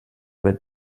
with